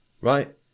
right